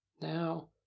now